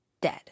dead